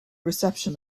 reception